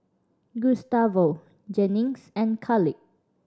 Gustavo Jennings and Khalid